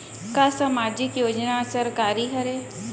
का सामाजिक योजना सरकारी हरे?